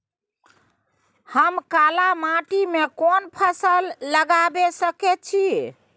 हम काला माटी में कोन फसल लगाबै सकेत छी?